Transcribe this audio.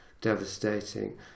devastating